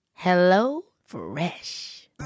HelloFresh